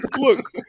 Look